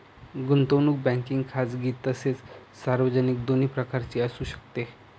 गुंतवणूक बँकिंग खाजगी तसेच सार्वजनिक दोन्ही प्रकारची असू शकते